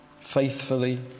faithfully